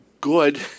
good